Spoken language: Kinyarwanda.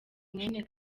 mwene